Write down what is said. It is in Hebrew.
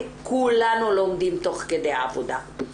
כולנו לומדים תוך כדי עבודה.